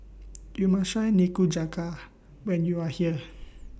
YOU must Try Nikujaga when YOU Are here